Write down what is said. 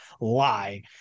lie